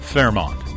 Fairmont